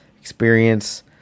experience